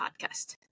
podcast